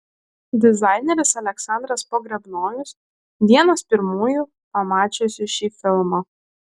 dizaineris aleksandras pogrebnojus vienas pirmųjų pamačiusių šį filmą